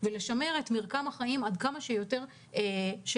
ולשמר את מרקם החיים עד כמה שיותר במשק,